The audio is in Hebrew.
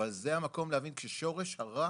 אבל זה המקום להבין כששורש הרע